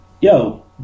yo